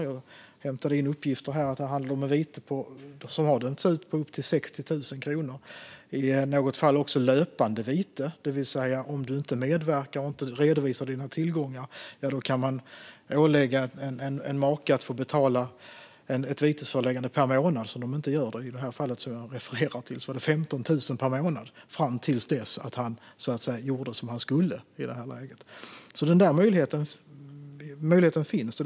Jag hämtade in uppgifter om att vite på upp till 60 000 kronor har dömts ut. I något fall har också löpande vite dömts ut. Det innebär att en make som inte medverkar och inte redovisar sina tillgångar kan åläggas att betala ett vitesföreläggande för varje månad som detta inte görs. I det fall jag refererar till var det 15 000 per månad fram till dess att maken gjorde som han skulle. Denna möjlighet finns alltså.